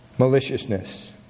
maliciousness